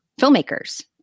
filmmakers